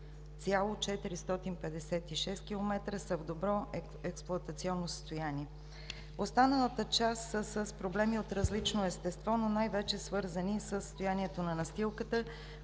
250,456 км са в добро експлоатационно състояние. Останалата част са с проблеми от различно естество, но най-вече свързани със състоянието на настилката